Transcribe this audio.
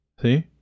See